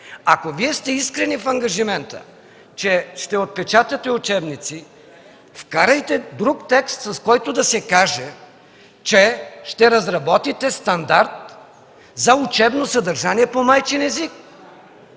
Ако Вие сте искрени в ангажимента, че ще отпечатате учебници, вкарайте друг текст, с който да се каже, че ще разработите стандарт за учебно съдържание по майчин език.